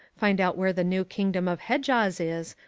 find out where the new kingdom of hejaz is,